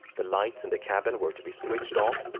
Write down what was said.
the lights in the cabin were to be switched off,